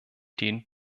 den